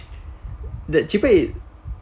that cheaper it